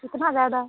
इतना ज़्यादा